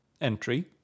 entry